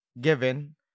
given